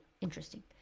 interesting